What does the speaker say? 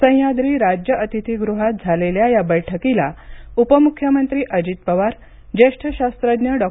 सह्याद्री राज्य अतिथीगृहात झालेल्या या बैठकीस उपमुख्यमंत्री अजित पवार ज्येष्ठ शास्त्रज्ञ डॉ